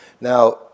Now